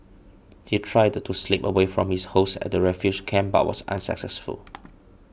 he tried to slip away from his hosts at the refugee camp but was unsuccessful